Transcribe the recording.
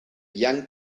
young